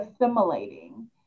assimilating